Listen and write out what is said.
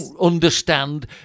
understand